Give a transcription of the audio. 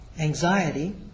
anxiety